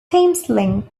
thameslink